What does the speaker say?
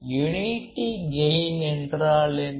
யுனைடி gain என்றால் என்ன